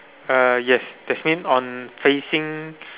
uh yes that's mean on facing